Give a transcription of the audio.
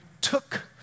took